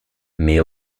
mais